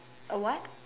a what